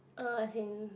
uh as in